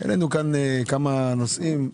העלנו כאן כמה נושאים.